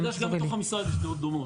אני יודע שגם בתוך המשרד יש דעות דומות.